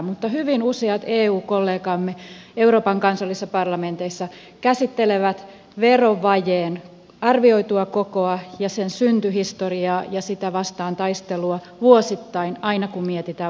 mutta hyvin useat eu kollegamme euroopan kansallisissa parlamenteissa käsittelevät verovajeen arvioitua kokoa ja sen syntyhistoriaa ja sitä vastaan taistelua vuosittain aina kun mietitään valtiontalouden hoitoa